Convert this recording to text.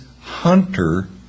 hunter